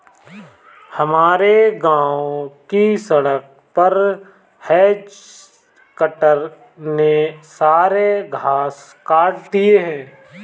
हमारे गांव की सड़क पर हेज कटर ने सारे घास काट दिए हैं